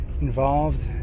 involved